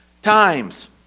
times